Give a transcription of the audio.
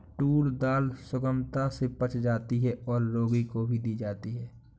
tour दाल सुगमता से पच जाती है और रोगी को भी दी जाती है